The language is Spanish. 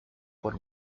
por